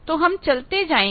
तो हम चलते जाएंगे